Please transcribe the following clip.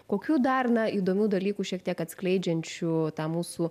kokių dar na įdomių dalykų šiek tiek atskleidžiančių tą mūsų